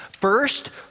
First